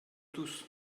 tous